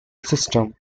system